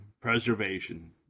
preservation